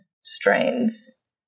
strains